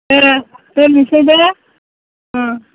दे दोननोसै दे ओं